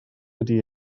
wedi